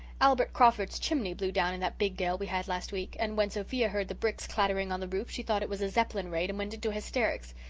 albert crawford's chimney blew down in that big gale we had last week, and when sophia heard the bricks clattering on the roof she thought it was a zeppelin raid and went into hysterics.